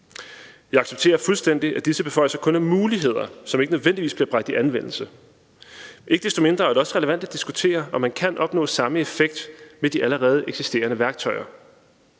Jeg accepterer fuldstændig, at disse beføjelser kun er muligheder, som ikke nødvendigvis bliver bragt i anvendelse. Ikke desto mindre er det også relevant at diskutere, om man kan opnå samme effekt med de allerede eksisterende værktøjer.